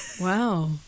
Wow